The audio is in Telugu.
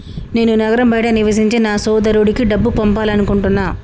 నేను నగరం బయట నివసించే నా సోదరుడికి డబ్బు పంపాలనుకుంటున్నా